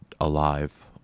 Alive